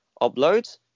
upload